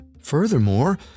Furthermore